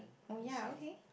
oh ya okay